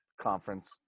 conference